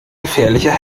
gefährlicher